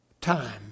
time